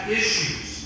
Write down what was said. issues